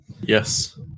Yes